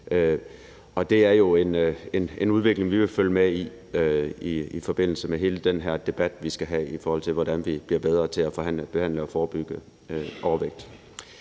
på. Det er en udvikling, vi vil følge med i i forbindelse med hele den debat, vi skal have, i forhold til hvordan vi bliver bedre til at behandle og forebygge overvægt.